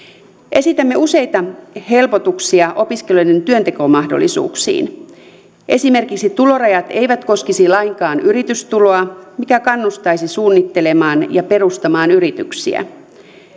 esitämme useita helpotuksia opiskelijoiden työntekomahdollisuuksiin esimerkiksi tulorajat eivät koskisi lainkaan yritystuloa mikä kannustaisi suunnittelemaan ja perustamaan yrityksiä